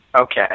Okay